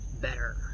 better